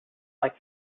like